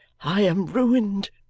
i am ruined,